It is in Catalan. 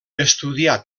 estudià